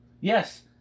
Yes